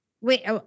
wait